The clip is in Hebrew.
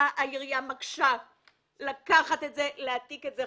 למה העירייה מקשה לקחת את זה ולהעתיק את זה?